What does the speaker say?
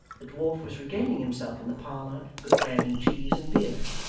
the dwarf was regaling himself in the parlour, with bread and cheese and beer,